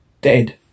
dead